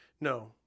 no